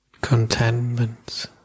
contentment